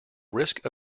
risk